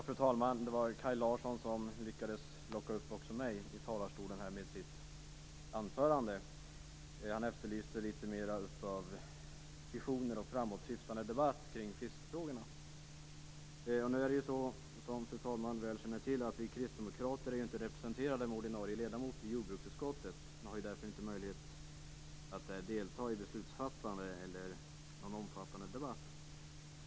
Fru talman! Det var Kaj Larsson som med sitt anförande lyckades locka upp även mig i talarstolen. Han efterlyste litet mer av visioner och framåtsyftande debatt i fiskefrågorna. Nu är det så, som fru talman väl känner till, att vi kristdemokrater inte är representerade med ordinarie ledamot i jordbruksutskottet. Vi har därför inte möjlighet att där delta i beslutsfattande eller i en omfattande debatt.